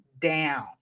down